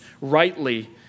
rightly